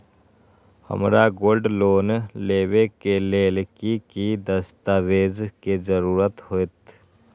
हमरा gold loan लेबे के लेल कि कि दस्ताबेज के जरूरत होयेत?